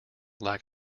lack